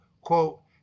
quote